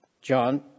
John